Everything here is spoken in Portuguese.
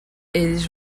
eles